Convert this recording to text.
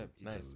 nice